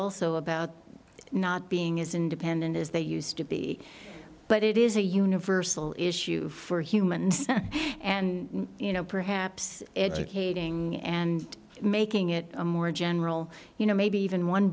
also about not being as independent as they used to be but it is a universal issue for humans and you know perhaps educating and making it a more general you know maybe even one